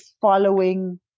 following